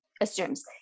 assumes